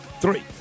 Three